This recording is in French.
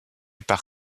par